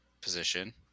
position